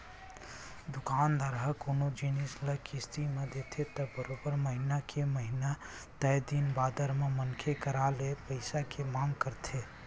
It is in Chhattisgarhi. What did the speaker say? दुकानदार ह कोनो जिनिस ल किस्ती म देथे त बरोबर महिना के महिना तय दिन बादर म मनखे करा ले पइसा के मांग करथे